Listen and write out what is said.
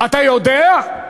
אתה יודע?